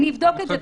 אבדוק את זה.